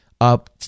up